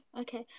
Okay